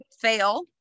fail